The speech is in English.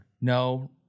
No